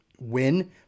win